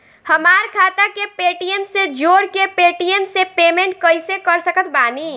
हमार खाता के पेटीएम से जोड़ के पेटीएम से पेमेंट कइसे कर सकत बानी?